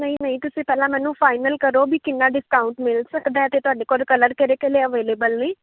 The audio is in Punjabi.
ਨਹੀਂ ਨਹੀਂ ਤੁਸੀਂ ਪਹਿਲਾਂ ਮੈਨੂੰ ਫਾਈਨਲ ਕਰੋ ਵੀ ਕਿੰਨਾ ਡਿਸਕਾਊਂਟ ਮਿਲ ਸਕਦਾ ਅਤੇ ਤੁਹਾਡੇ ਕੋਲ ਕਲਰ ਕਿਹੜੇ ਕਿਹੜੇ ਅਵੇਲੇਬਲ ਨੇ